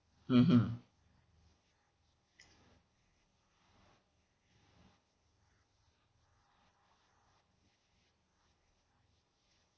mmhmm